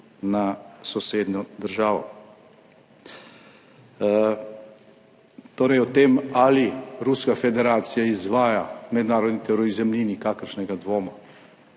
na sosednjo državo. Torej o tem, ali Ruska federacija izvaja mednarodni terorizem ni nikakršnega dvoma.